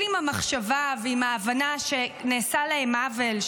עם המחשבה ועם ההבנה שנעשה להם עוול,